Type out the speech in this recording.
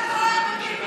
מוכנה לעבור אחד-אחד.